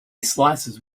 slices